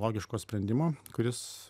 logiško sprendimo kuris